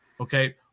okay